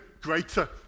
greater